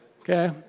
okay